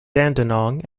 dandenong